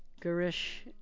Garish